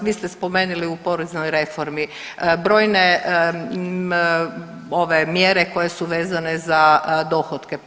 Vi ste spomenuli u poreznoj reformi brojne ove mjere koje su vezane za dohotke.